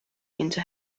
into